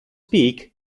peak